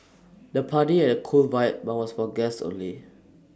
the party had cool vibe but was for guests only